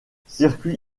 circuit